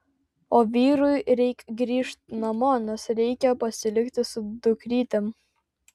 o vyrui reik grįžt namo nes reikia pasilikti su dukrytėm